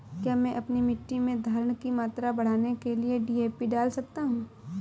क्या मैं अपनी मिट्टी में धारण की मात्रा बढ़ाने के लिए डी.ए.पी डाल सकता हूँ?